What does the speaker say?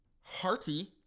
Hearty